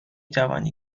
توانی